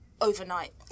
overnight